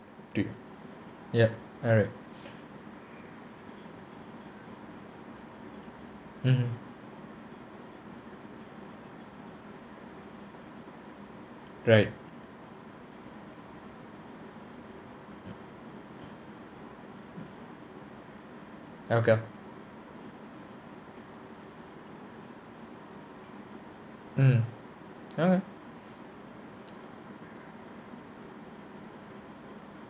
to ya alright mmhmm right okay mmhmm okay